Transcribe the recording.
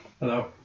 Hello